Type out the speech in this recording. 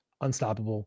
unstoppable